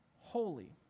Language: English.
holy